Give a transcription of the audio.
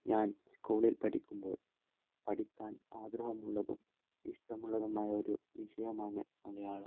ഞാൻ സ്കൂളിൽ പഠിക്കുമ്പോൾ പഠിക്കാൻ ആഗ്രഹമുള്ളതും ഇഷ്ടമുള്ളതുമായ ഒരു വിഷയമാണ് മലയാളം